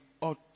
ought